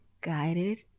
guided